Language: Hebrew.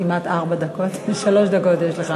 כמעט ארבע דקות, שלוש דקות יש לך.